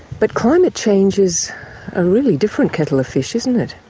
but climate change is a really different kettle of fish, isn't it.